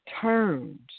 turns